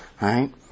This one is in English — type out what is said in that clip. right